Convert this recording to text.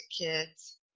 kids